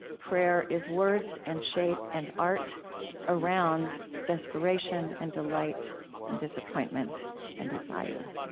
prayer is words and shape and art around desperation and delight and disappointment and desire.